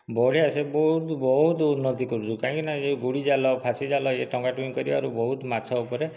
ବଢ଼ିଆ ସେ ବହୁତ ବହୁତ ଉନ୍ନତି କରୁଛୁ କାହିଁକିନା ଏ ଗୋଡ଼ି ଜାଲ ଫାଶୀଜାଲ ଏ ଟଙ୍ଗାଟଙ୍ଗୀ କରିବାରୁ ବହୁତ ମାଛ ଉପରେ